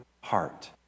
heart